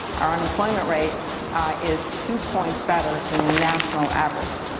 our unemployment rate is two points better than the national average.